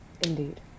Indeed